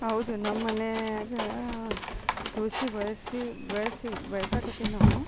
ಹೌದು ನಮ್ಮ ಮನೆಯಾಗ ತುಳಸಿ ಬೆಳೆಸಿ ಬೆಳೆಸ್ತೀವಿ ಬೆಳ್ಸಾಕತ್ತೀವಿ ನಾವು